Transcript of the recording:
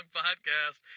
podcast